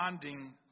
demanding